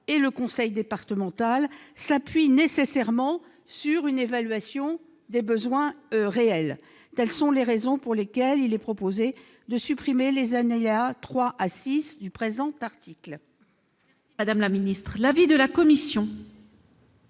et le conseil départemental, s'appuie nécessairement sur une évaluation réelle des besoins. Telles sont les raisons pour lesquelles il est proposé de supprimer les alinéas 3 à 6 du présent article.